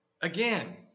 Again